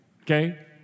Okay